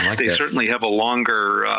they certainly have a longer